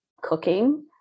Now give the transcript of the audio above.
cooking